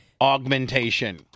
augmentation